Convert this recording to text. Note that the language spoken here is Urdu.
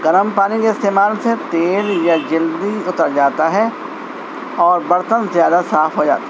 گرم پانی کے استعمال سے تیل یا جلدی اتر جاتا ہے اور برتن زیادہ صاف ہو جاتے